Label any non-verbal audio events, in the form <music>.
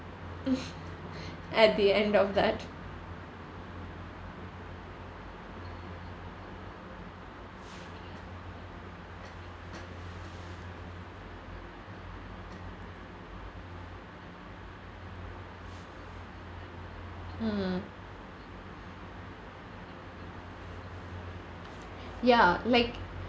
<laughs> at the end of that mm ya like